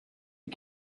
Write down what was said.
you